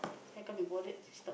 I can't be bothered stop